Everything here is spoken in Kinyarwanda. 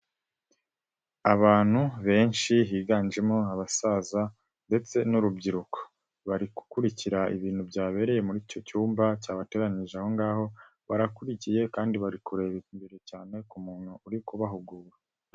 Abantu benshi higanjemo abasaza ndetse n'urubyiruko, bari gukurikira ibintu byabereye muri icyo cyumba cyabateranyirije aho ngaho, barakurikiye kandi bari kureba imbere cyane ku muntu uri kubahugura.